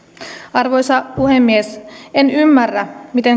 arvoisa puhemies en ymmärrä miten